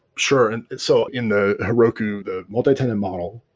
sure. and so in the heroku, the multi-tenant model,